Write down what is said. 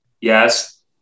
yes